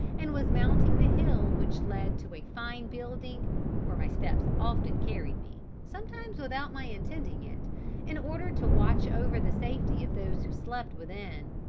and was mounting the hill which led to a fine building where my steps often carried me sometimes without my intending it in order to watch over the safety of those who slept within.